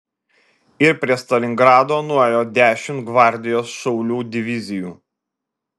ir prie stalingrado nuėjo dešimt gvardijos šaulių divizijų